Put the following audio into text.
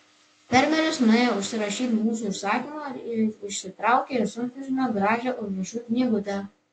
fermeris nuėjo užsirašyti mūsų užsakymo ir išsitraukė iš sunkvežimio gražią užrašų knygutę